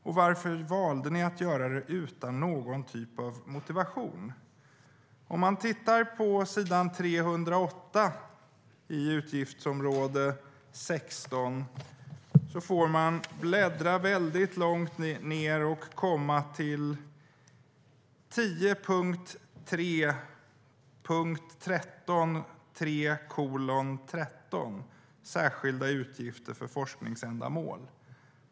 Och varför valde ni att göra det utan någon typ av motiv? På s. 308 i bilagan för utgiftsområde 16 får man bläddra långt ned för att komma till rubriken 10.3.13 3:13 Särskilda utgifter för forskningsändamål.